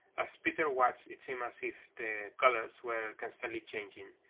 as peter watched it seemed as if the colors were constantly changing.